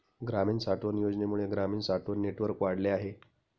ग्रामीण साठवण योजनेमुळे ग्रामीण साठवण नेटवर्क वाढले आहे